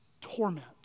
torment